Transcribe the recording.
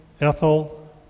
Ethel